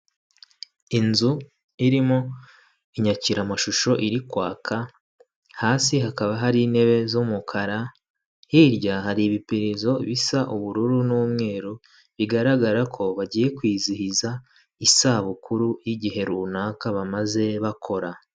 Inzu irimo inyakiramashusho iri kwaka hasi hakaba hari intebe z'umukara, hirya hari ibipirizo bisa ubururu n'umweru bigaragara ko bagiye kwizihiza isabukuru y'igihe runaka bamaze bakora.